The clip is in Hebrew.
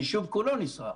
היישוב כולו נשרף.